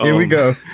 and we go.